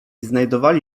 znajdowali